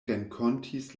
renkontis